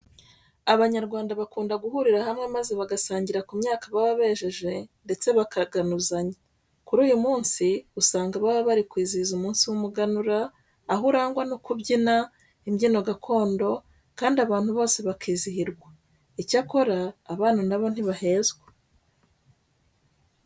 Abanyarwanda bakunda guhurira hamwe maze bagasangira ku myaka baba bejeje ndetse bakaganuzanya. Kuri uyu munsi, usanga baba bari kwizihiza umunsi w'umuganura, aho urangwa no kubyina imbyino gakondo kandi abantu bose bakizihirwa. Icyakora abana na bo ntibahezwa.